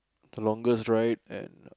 the Longest Ride and